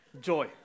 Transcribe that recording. joy